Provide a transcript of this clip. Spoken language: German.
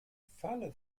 falle